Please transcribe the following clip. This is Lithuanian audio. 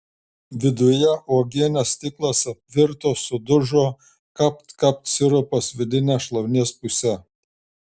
viduje uogienės stiklas apvirto sudužo kapt kapt sirupas vidine šlaunies puse